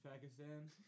Pakistan